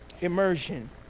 immersion